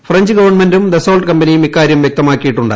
French ഗവൺമെന്റും Dassault കമ്പനിയും ഇക്കാരൃം വൃക്തമാക്കിയിട്ടുണ്ട്